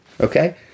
Okay